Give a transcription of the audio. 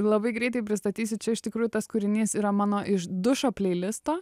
labai greitai pristatysiu čia iš tikrųjų tas kūrinys yra mano iš dušo plei listo